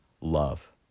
love